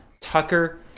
Tucker